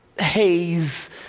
haze